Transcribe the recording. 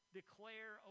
declare